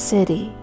City